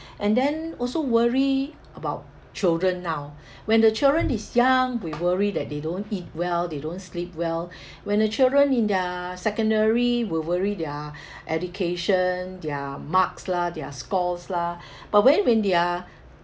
and then also worry about children now when the children is young we worry that they don't eat well they don't sleep well when the children in their secondary we worry their education their marks lah their scores lah but when when they are